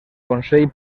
consell